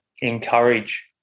encourage